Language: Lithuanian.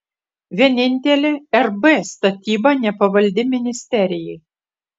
vienintelė rb statyba nepavaldi ministerijai